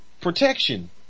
protection